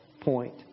point